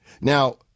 Now